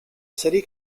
city